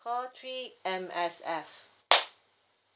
call three M_S_F